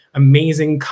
amazing